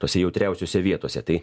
tose jautriausiose vietose tai